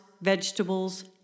vegetables